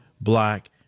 black